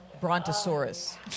brontosaurus